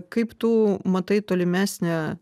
kaip tu matai tolimesnę